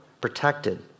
protected